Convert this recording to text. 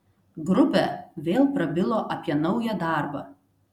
grupė vėl prabilo apie naują darbą